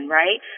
right